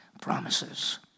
promises